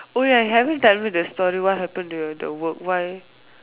oh ya haven't you tell me the story what happen to your the work why